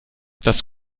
das